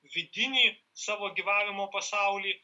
vidinį savo gyvavimo pasaulį